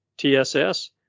TSS